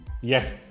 Yes